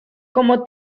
como